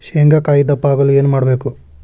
ಶೇಂಗಾಕಾಯಿ ದಪ್ಪ ಆಗಲು ಏನು ಮಾಡಬೇಕು?